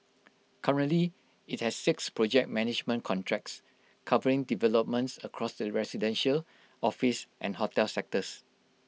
currently IT has six project management contracts covering developments across the residential office and hotel sectors